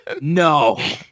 No